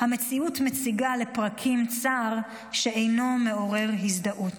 המציאות מציגה לפרקים צער שאינו מעורר הזדהות".